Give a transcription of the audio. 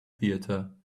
theater